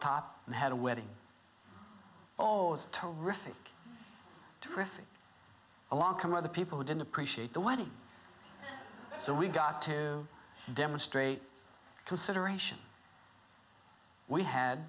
top and had a wedding oh to rethink terrific along come other people who didn't appreciate the wedding so we got to demonstrate consideration we had